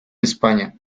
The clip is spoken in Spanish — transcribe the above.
españa